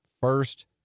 first